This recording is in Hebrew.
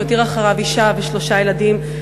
שהותיר אחריו אישה ושלושה ילדים,